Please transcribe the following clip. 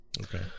Okay